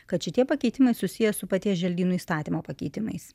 kad šitie pakeitimai susiję su paties želdynų įstatymo pakeitimais